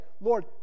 Lord